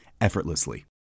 effortlessly